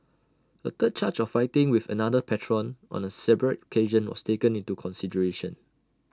A third charge of fighting with another patron on A separate occasion was taken into consideration